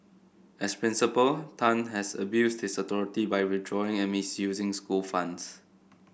as principal Tan had abused his authority by withdrawing and misusing school funds